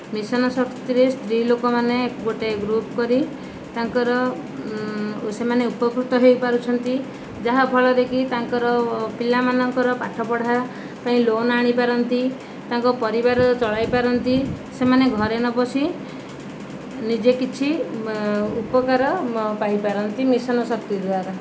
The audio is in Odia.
ମିଶନ ଶକ୍ତିରେ ସ୍ତ୍ରୀଲୋକମାନେ ଗୋଟେ ଗ୍ରୁପ୍ କରି ତାଙ୍କର ସେମାନେ ଉପକୃତ ହୋଇପାରୁଛନ୍ତି ଯାହା ଫଳରେକି ତାଙ୍କର ପିଲାମାନଙ୍କର ପାଠପଢା ପାଇଁ ଲୋନ୍ ଆଣିପାରନ୍ତି ତାଙ୍କ ପରିବାର ଚଳାଇପାରନ୍ତି ସେମାନେ ଘରେ ନ ବସି ନିଜେ କିଛି ଉପକାର ପାଇପାରନ୍ତି ମିଶନ ଶକ୍ତି ଦ୍ୱାରା